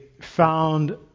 found